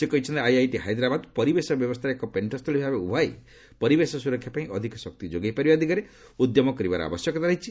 ସେ କହିଛନ୍ତି ଆଇଆଇଟି ହାଇଦ୍ରାବାଦ ପରିବେଶ ବ୍ୟବସ୍ଥାରେ ଏକ ପେଶ୍ଚସ୍ଥଳୀ ଭାବେ ଉଭାହୋଇ ପରିବେଶ ସୁରକ୍ଷାପାଇଁ ଅଧିକ ଶକ୍ତି ଯୋଗାଇ ପାରିବା ଦିଗରେ ଉଦ୍ୟମ କରିବାର ଆବଶ୍ୟକତା ରହିଛି